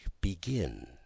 begin